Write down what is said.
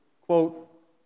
quote